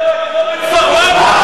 לך תראה מה קרה בכפר-מנדא.